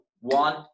one